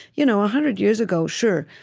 you know hundred years ago, sure,